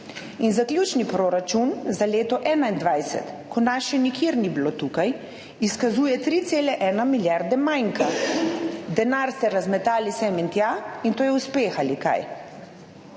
Zaključni proračun za leto 2021, ko nas ni bilo še nikjer tukaj, izkazuje 3,1 milijarde manka. Denar ste razmetali sem in tja in to je uspeh, ali kaj?